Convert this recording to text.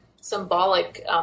symbolic